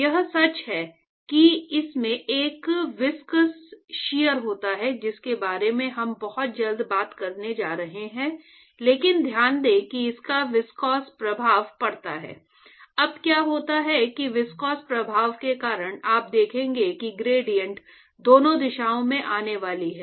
यह सच है कि इसमें एक विस्कोस शियर होता है जिसके बारे में हम बहुत जल्द बात करने जा रहे हैं लेकिन ध्यान दें कि इसका विस्कोस प्रभाव पड़ता है अब क्या होता है कि विस्कोस प्रभाव के कारण आप देखेंगे कि ग्रेडिएंट दोनों दिशाओं में आने वाली है